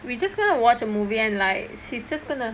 we just gonna watch a movie and like she's just gonna